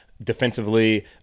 defensively